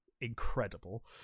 incredible